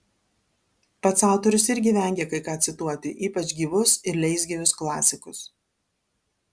pats autorius irgi vengia kai ką cituoti ypač gyvus ir leisgyvius klasikus